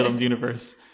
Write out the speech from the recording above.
universe